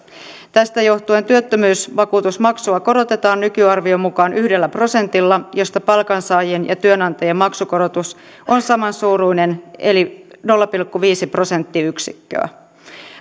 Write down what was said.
tästä johtuen työttömyysvakuutusmaksua korotetaan nykyarvion mukaan yhdellä prosentilla palkansaajien ja työnantajien maksukorotus on samansuuruinen eli nolla pilkku viisi prosenttiyksikköä